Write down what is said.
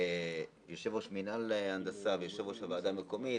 יושב-ראש מנהל הנדסה ויושב-ראש הוועדה המקומית,